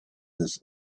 his